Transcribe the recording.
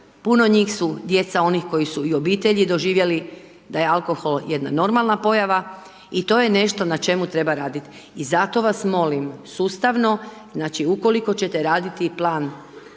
Puno njih su djeca onih koji su i u obitelji doživjeli da je alkohol jedna normalna pojava i to je nešto na čemu treba raditi. I zato vas molim sustavno, znači ukoliko ćete raditi plan